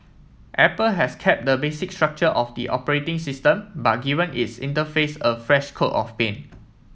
Apple has kept the basic structure of the operating system but given its interface a fresh coat of paint